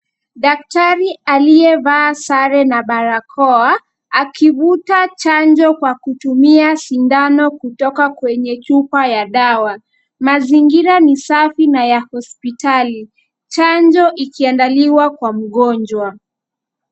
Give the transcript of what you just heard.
Daktari aliyevaa sare na barakoa akivuta chanjo kwa kutumia sindano kutoka kwenye chupa ya dawa. Mazingira ni safi na ya hospitali. Chanjo ikiandaliwa kwa mgonjwa.